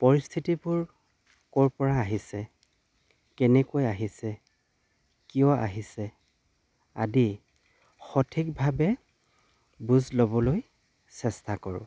পৰিস্থিতিবোৰ ক'ৰ পৰা আহিছে কেনেকৈ আহিছে কিয় আহিছে আদি সঠিকভাৱে বুজ ল'বলৈ চেষ্টা কৰোঁ